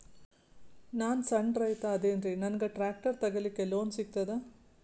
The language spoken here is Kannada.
ನಾನ್ ಸಣ್ ರೈತ ಅದೇನೀರಿ ನನಗ ಟ್ಟ್ರ್ಯಾಕ್ಟರಿ ತಗಲಿಕ ಲೋನ್ ಸಿಗತದ?